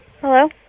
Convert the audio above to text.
Hello